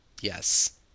Yes